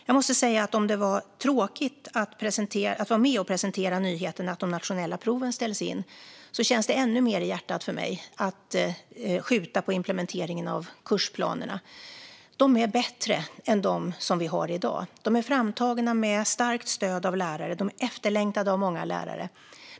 Jag måste säga att det var tråkigt att vara med och presentera nyheten att de nationella proven ställs in, men det känns ännu mer i hjärtat för mig att skjuta på implementeringen av kursplanerna. De är bättre än de som vi har i dag, de är framtagna med starkt stöd av lärare och de är efterlängtade av många lärare.